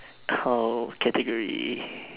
oh category